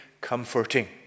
comforting